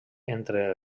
entre